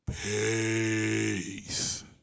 peace